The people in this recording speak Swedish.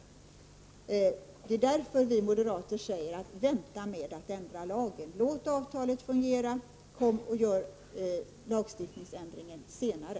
Det är därför vi moderater säger: Vänta med att ändra lagen! Låt avtalet fungera och gör lagstiftningsändringen senare!